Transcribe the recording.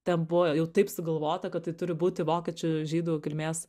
ten buvo jau taip sugalvota kad tai turi būti vokiečių žydų kilmės